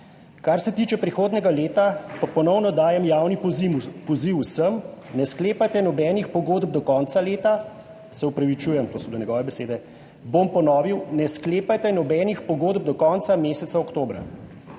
»Kar se tiče prihodnjega leta, ponovno dajem javni poziv vsem, ne sklepajte nobenih pogodb do konca leta, se opravičujem«, to so bile njegove besede, »bom ponovil – ne sklepajte nobenih pogodb do konca meseca oktobra.